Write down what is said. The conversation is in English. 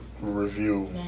Review